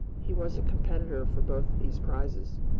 he was a competitor for both these prizes.